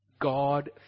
God